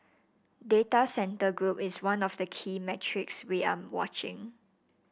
data centre group is one of the key metrics we are watching